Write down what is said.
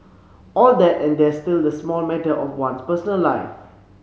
all that and there's still the small matter of one's personal life